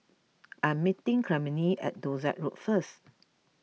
I am meeting Clemmie at Dorset Road first